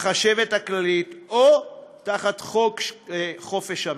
החשבת הכלכלית או תחת חוק חופש המידע.